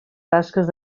tasques